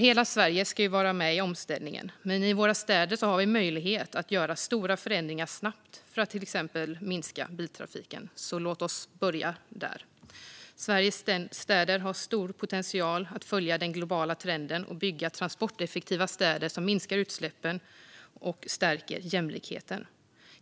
Hela Sverige ska ju vara med i omställningen. I våra städer har vi möjlighet att göra stora förändringar snabbt för att till exempel minska biltrafiken, så låt oss börja där! Sveriges städer har stor potential att följa den globala trenden och bygga transporteffektiva städer som minskar utsläppen och stärker jämlikheten.